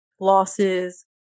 losses